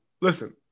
listen